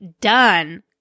done